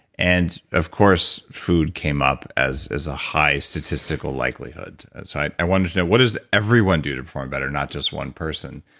and of course, food came up as as a high statistical likelihood. so i wanted to know, what does everyone do to perform better, not just one person.